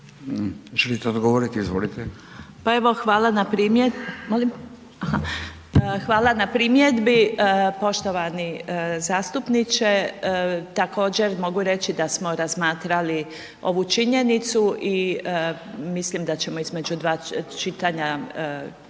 Možete odgovoriti, izvolite. **Pletikosa, Marija** Hvala na primjedbi poštovani zastupniče. Također mogu reći da smo razmatrali ovu činjenicu i mislim da ćemo između dva čitanja